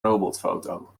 robotfoto